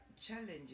challenges